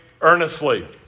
earnestly